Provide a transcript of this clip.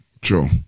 True